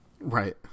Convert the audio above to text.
Right